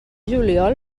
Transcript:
juliol